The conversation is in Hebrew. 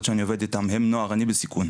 שאני עובד איתן שהן נוער ואני בסיכון,